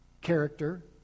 character